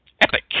Epic